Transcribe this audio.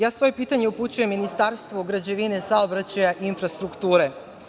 Ja svoje pitanje upućujem Ministarstvu građevine, saobraćaja i infrastrukture.